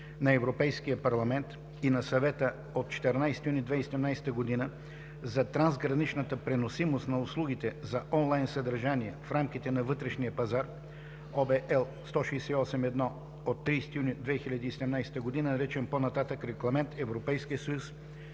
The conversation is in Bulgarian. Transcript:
на Европейския парламент и на Съвета от 14 юни 2017 г. за трансграничната преносимост на услугите за онлайн съдържание в рамките на вътрешния пазар (ОВ, L 168/1 от 30 юни 2017 г.), наричан по-нататък „Регламент (ЕС)